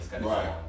Right